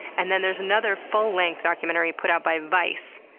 and then there's another full-length documentary put out by vice,